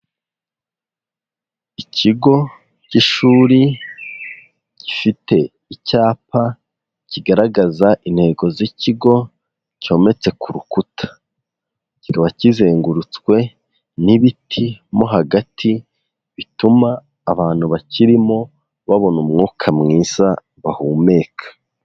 Ikigo k'ishuri gifite icyapa kigaragaza intego z'ikigo cyometse ku rukuta, kiba kizengurutswe n'ibiti mo hagati bituma abantu bakirimo babona umwuka mwiza bahumeka.